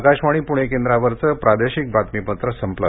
आकाशवाणी पुणे केंद्रावरचं प्रादेशिक बातमीपत्र संपलं